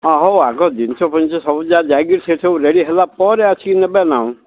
ହଁ ହଉ ଆଗ ଜିନିଷ ଫିନିଷ ସବୁ ଯାକ ଯାଇକିରି ସେ ସବୁ ରେଡ଼ି ହେଲା ପରେ ଆସିକି ନେବେନା ଆଉ